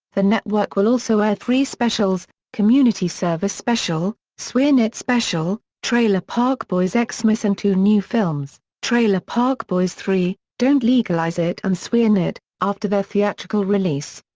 the network will also air three specials, community service special, swearnet special, trailer park boys xmas and two new films, trailer park boys three don't legalize it and swearnet, after their theatrical release.